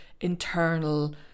internal